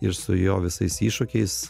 ir su jo visais iššūkiais